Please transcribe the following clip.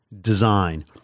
design